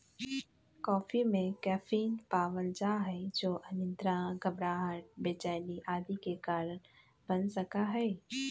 coffee में caffeine पावल जा हई जो अनिद्रा, घबराहट, बेचैनी आदि के कारण बन सका हई